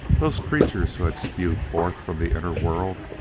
those creatures who had spewed forth from the inner world,